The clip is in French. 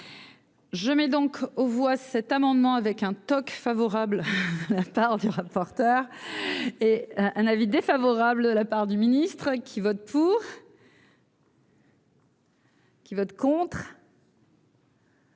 Je mets donc aux voix cet amendement avec un TOC favorable Star du rapporteur et un avis défavorable de la part du ministre qui vote pour. Qui vote contre.